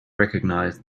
recognize